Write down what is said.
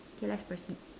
okay let's proceed